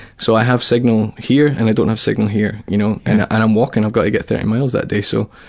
so i have signal here, and i don't have signal here you know. i'm walking, i've got to get thirty miles that day, so.